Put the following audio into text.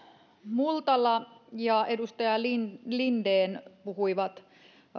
multala ja edustaja linden puhuivat